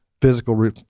physical